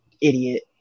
idiot